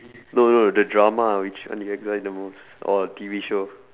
no no the drama which one did you enjoy the most or T_V show